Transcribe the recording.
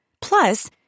Plus